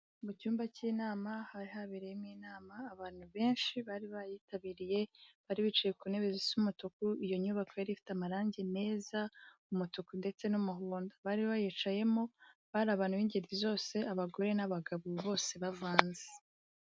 Mu cyumba cy'inama, hari habereyemo inama, abantu benshi bari bayitabiriye, bari bicaye ku ntebe zisa umutuku, iyo nyubako yari ifite amarangi meza, umutuku ndetse n'umuhondo. Bari bayicayemo, hari abantu b'ingeri zose, abagore n'abagabo bose bavanze.